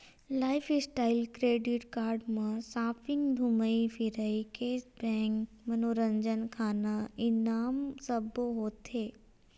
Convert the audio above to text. lifestyle credit card म shopping, धूमई फिरई, केस बेंक, मनोरंजन, खाना, इनाम सब्बो होथे